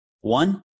One